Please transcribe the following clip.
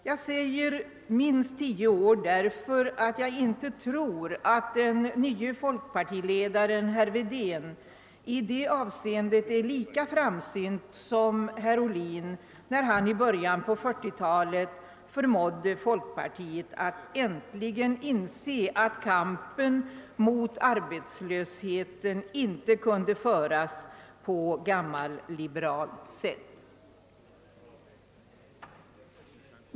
Jag säger minst tio år därför att jag inte tror att den nye folkpartiledaren Wedén i detta avseende är lika framsynt som herr Ohlin var, när han i början på 1940-talet förmådde folkpartiet att äntligen inse att kampen mot arbetslösheten inte kunde föras på gammalliberalt sätt.